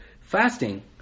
Fasting